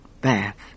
bath